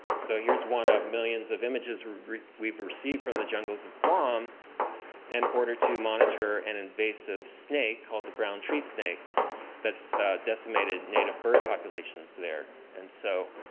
so here's one of millions of images we've received from the jungles of guam in and order to monitor an invasive snake called the brown tree snake that's decimated native bird populations there. and so